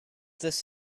this